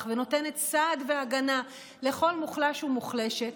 ונותנת סעד והגנה לכל מוחלש ומוחלשת.